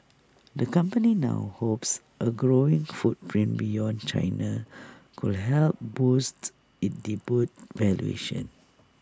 the company now hopes A growing footprint beyond China could help boosts its debut valuation